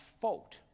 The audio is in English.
fault